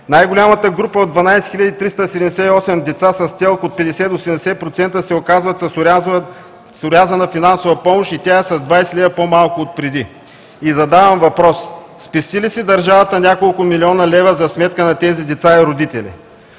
Най-голямата група от 12 378 деца с ТЕЛК от 50-70% се оказват с орязана финансова помощ и тя е с 20 лв. по-малко от преди. И задавам въпрос: Спести ли си държавата няколко милиона лева за сметка на тези деца и родители?